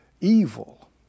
evil